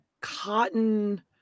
cotton